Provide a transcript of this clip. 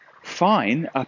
fine